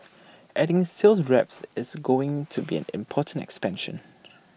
adding sales reps is going to be an important expansion